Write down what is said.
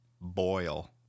Boil